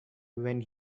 when